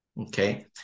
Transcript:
Okay